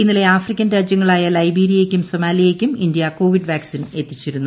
ഇന്നലെ ആഫ്രിക്കൻ രാജൃങ്ങളായ ലൈബീരിയയ്ക്കും സോമാലിയയ്ക്കും ഇന്ത്യ കോവിഡ് വാക്സിൻ എത്തിച്ചിരുന്നു